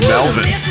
Melvin